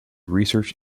research